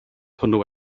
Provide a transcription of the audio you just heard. hwnnw